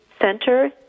Center